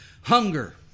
hunger